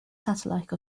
satellite